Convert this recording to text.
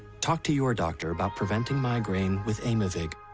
talk to your doctor about preventing migraine with aimovig.